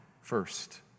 first